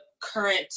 current